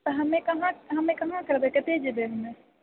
तऽ हमे कहाँ हमे कहाँ करबै कतऽ जेबै हमे